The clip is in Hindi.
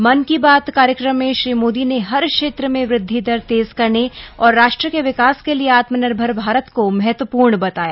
मन की बात कार्यक्रम में श्री मोदी ने हर क्षेत्र में वृद्धि दर तेज करने और राष्ट्र के विकास के लिए आत्मनिर्भर भारत को महत्वपूर्ण बताया